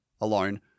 alone